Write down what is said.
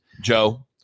Joe